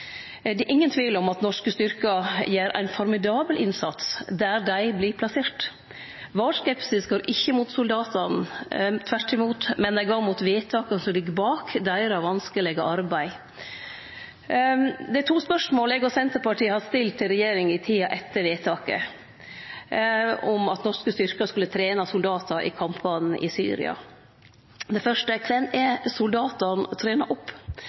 Syria. Det er ingen tvil om at norske styrkar gjer ein formidabel innsats der dei vert plasserte. Skepsisen vår er ikkje retta mot soldatane – tvert imot, han er retta mot vedtaka som ligg bak det vanskelege arbeidet deira. Det er to spørsmål eg og Senterpartiet har stilt til regjeringa i tida etter vedtaket om at norske styrkar skulle trene soldatar i kampane i Syria. Det fyrste er: Kven er det soldatane trener opp?